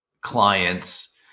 clients